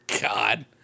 God